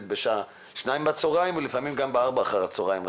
וב-14:00 בצהריים ולפעמים גם ב-16:00 אחר הצהריים.